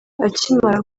akimara